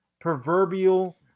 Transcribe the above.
proverbial